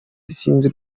sinzi